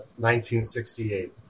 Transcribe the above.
1968